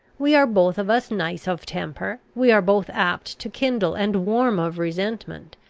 we are both of us nice of temper we are both apt to kindle, and warm of resentment.